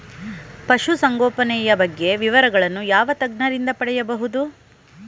ಪಶುಸಂಗೋಪನೆಯ ಬಗ್ಗೆ ವಿವರಗಳನ್ನು ಯಾವ ತಜ್ಞರಿಂದ ಪಡೆಯಬಹುದು?